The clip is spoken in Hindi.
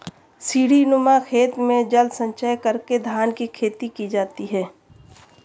सीढ़ीनुमा खेत में जल संचय करके धान की खेती की जाती है